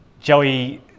Joey